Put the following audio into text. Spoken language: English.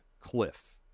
cliff